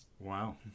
Wow